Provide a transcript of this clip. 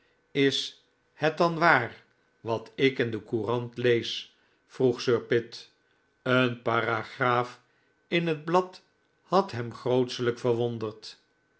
is het dan waar wat ik in de courant lees vroeg sir pitt een paragraaf in het blad had hem grootelijks verwonderd